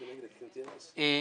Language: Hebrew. אם אפשר,